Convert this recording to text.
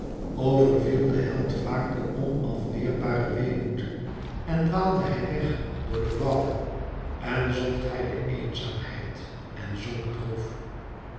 overviel den held vaak de onafweerbare weemoed en dwaalde hij weg door de wouden en zocht hij de eenzaamheid en zonk droef